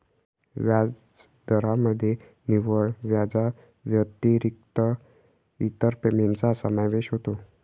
व्याजदरामध्ये निव्वळ व्याजाव्यतिरिक्त इतर पेमेंटचा समावेश होतो